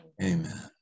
Amen